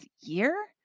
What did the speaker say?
year